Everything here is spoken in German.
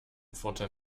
vorteil